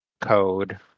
code